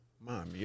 Mom